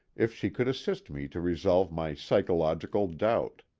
if she could assist me to resolve my psychological doubt.